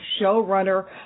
showrunner